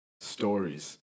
stories